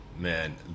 man